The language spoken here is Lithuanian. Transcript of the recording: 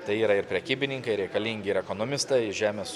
tai yra ir prekybininkai reikalingi ir ekonomistai žemės